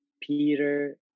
Peter